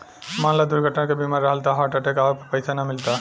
मान ल दुर्घटना के बीमा रहल त हार्ट अटैक आवे पर पइसा ना मिलता